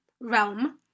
realm